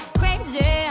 crazy